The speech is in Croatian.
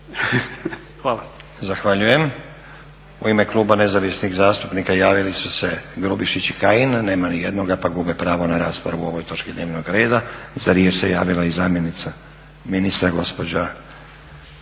Nenad (SDP)** U ime kluba Nezavisnih zastupnika javili su se Grubišić i Kajin, nema niti jednoga pa gube pravo na raspravu o ovoj točci dnevnog reda. Za riječ se javila i zamjenica ministra gospođa